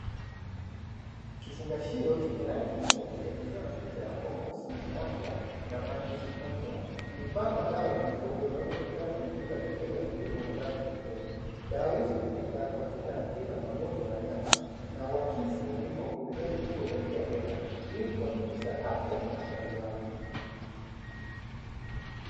Kifungashio chenye rangi nyeupe kikiwa na picha ya mbwa mwenye afya na mwandishi frontilaini, ni mfano wa dawa za mifugo zinazopatikana katika maduka ya pembejeo za kilimo na dawa za mifugo, dawa hizi hutumika kwa kinga na tiba ya magonjwa ya wanyama na uakisi umuhimu wa kuhudumia mifugo kwa njia bora ili kuhakikisha afya na ustawi wao.